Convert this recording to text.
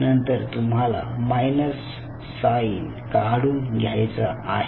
नंतर तुम्हाला minus sign काढून घ्यायचा आहे